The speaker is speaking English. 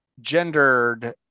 gendered